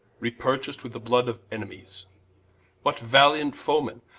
re-purchac'd with the blood of enemies what valiant foe-men,